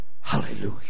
hallelujah